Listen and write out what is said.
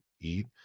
eat